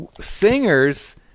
Singers